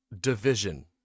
division